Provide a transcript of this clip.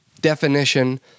definition